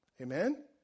Amen